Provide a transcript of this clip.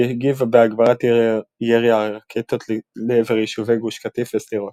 והיא הגיבה בהגברת ירי הרקטות לעבר יישובי גוש קטיף ושדרות.